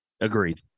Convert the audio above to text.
Agreed